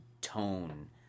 tone